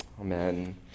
amen